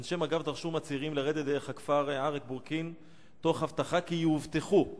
אנשי מג"ב דרשו מהצעירים לרדת דרך הכפר ערק-בורין תוך הבטחה כי יאובטחו,